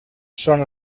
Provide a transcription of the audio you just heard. són